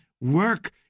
work